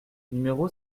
numéro